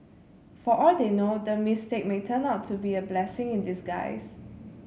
for all they know the mistake may turn out to be a blessing in disguise